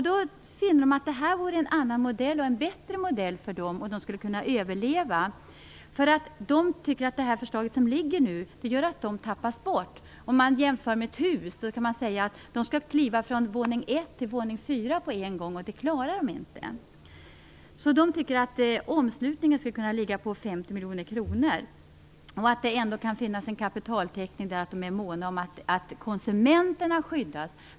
De finner att detta vore en bättre modell för dem som skulle göra att de kunde överleva. De tycker att de tappas bort i det liggande förslaget. Om man gör jämförelsen med ett hus kan man säga att de får kliva från våning 1 till våning 4 på en gång, och det klarar de inte. De tycker därför att balansomslutningen skulle kunna ligga på 50 miljoner kronor och att det ändå kan finnas en kapitaltäckning, därför att de är måna om att konsumenterna skyddas.